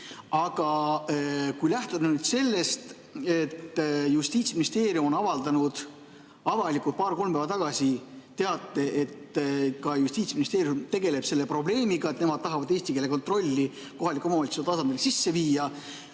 Aga kui lähtuda sellest, et Justiitsministeerium avaldas paar-kolm päeva tagasi teate, et ka Justiitsministeerium tegeleb selle probleemiga, nemad tahavad eesti keele kontrolli kohaliku omavalitsuse